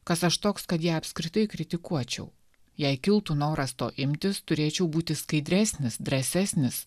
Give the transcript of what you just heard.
kas aš toks kad ją apskritai kritikuočiau jei kiltų noras to imtis turėčiau būti skaidresnis drąsesnis